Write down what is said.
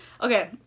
Okay